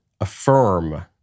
affirm